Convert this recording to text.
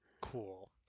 Cool